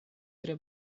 tre